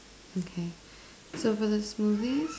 okay so for this smoothie